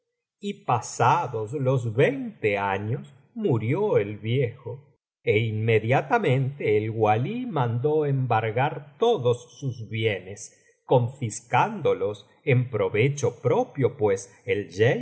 y pasados los veinte años murió el viejo é inmediatamente el wali mandó embargar todos sus bienes confiscándolos en provecho propio pues el